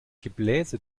gebläse